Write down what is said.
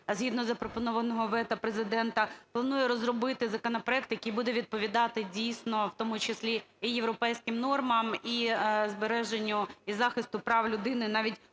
згідно запропонованого вето Президента, планує розробити законопроект, який буде відповідати дійсно в тому числі і європейським нормам, і збереженню, і захисту прав людини, навіть